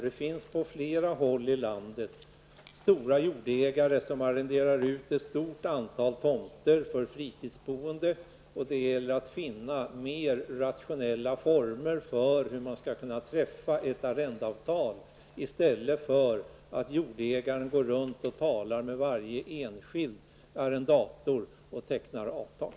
Det finns på flera håll i landet stora jordägare som arrenderar ut ett stort antal tomter för fritidsboende, och det gäller att finna mer rationella former för hur de skall kunna träffa arrendeavtal i stället för att gå runt och tala med varje enskild arrendator och teckna avtal.